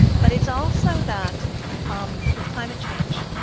but it's also that um with climate change,